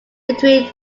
between